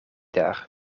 daar